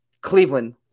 Cleveland